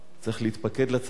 צריך להתפקד לצבא,